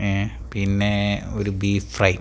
പിന്നെ ഒരു beef fry